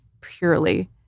purely